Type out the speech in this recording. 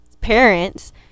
parents